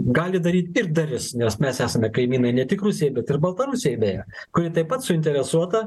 gali daryt ir darys nes mes esame kaimynai ne tik rusijai bet ir baltarusijai beje kuri taip pat suinteresuota